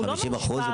חמישים אחוז,